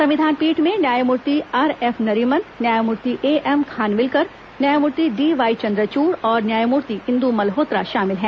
संविधान पीठ में न्यायमूर्ति आर एफ नरीमन न्यायमूर्ति ए एम खानविलकर न्यायमूर्ति डी वाई चंद्रचूड़ और न्यायमूर्ति इंदु मल्होत्रा शामिल हैं